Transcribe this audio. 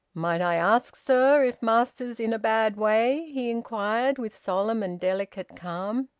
might i ask, sir, if master's in a bad way? he inquired, with solemn and delicate calm.